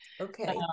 okay